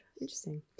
interesting